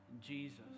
Jesus